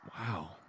Wow